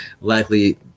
likely